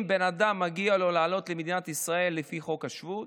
אם לבן אדם מגיע לעלות למדינת ישראל לפי חוק השבות,